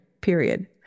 period